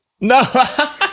No